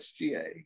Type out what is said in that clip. SGA